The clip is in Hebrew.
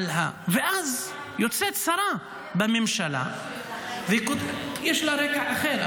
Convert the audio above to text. ואז יוצאת שרה בממשלה יש לה רקע אחר,